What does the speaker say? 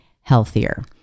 healthier